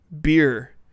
beer